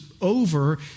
over